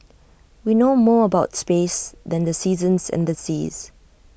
we know more about space than the seasons and the seas